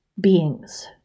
beings